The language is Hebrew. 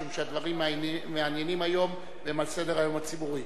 משום שהדברים המעניינים היום הם על סדר-היום הציבורי.